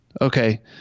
Okay